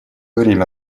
время